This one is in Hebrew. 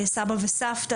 סבא וסבתא,